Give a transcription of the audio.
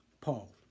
Paul